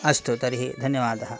अस्तु तर्हि धन्यवादः